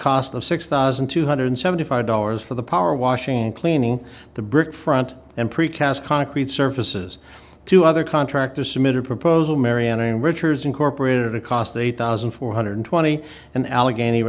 cost of six thousand two hundred seventy five dollars for the power washing cleaning the brick front and precast concrete surfaces to other contractors submitted proposal marion and richards incorporated a cost eight thousand four hundred twenty and allegheny